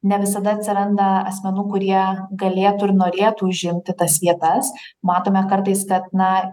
ne visada atsiranda asmenų kurie galėtų ir norėtų užimti tas vietas matome kartais kad na